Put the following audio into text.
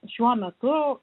šiuo metu